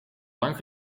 lang